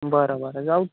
बरं बरं जाऊ